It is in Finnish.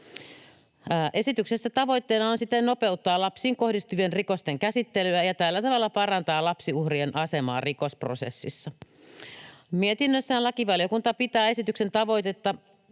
Esityksessä tavoitteena on siten nopeuttaa lapsiin kohdistuvien rikosten käsittelyä ja tällä tavalla parantaa lapsiuhrien asemaa rikosprosessissa. Mietinnössään lakivaliokunta pitää esityksen tavoitteita